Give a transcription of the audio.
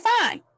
fine